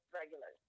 regular